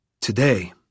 Today